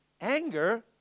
Anger